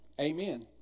amen